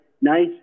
nice